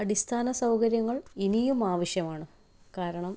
അടിസ്ഥാന സൗകര്യങ്ങൾ ഇനിയും ആവശ്യമാണ് കാരണം